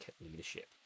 leadership